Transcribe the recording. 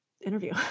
interview